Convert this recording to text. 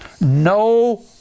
No